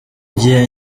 gihe